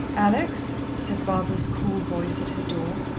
alex? said barbara's cool voice at her door.